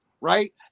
right